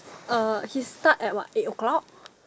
uh he start at what eight o'clock